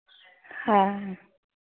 हाँ